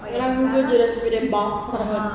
sekarang google jer